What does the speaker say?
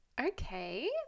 Okay